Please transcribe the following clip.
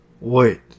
Wait